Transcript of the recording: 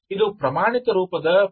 ಇದು ಪ್ರಮಾಣಿತ ರೂಪದ ಪಿ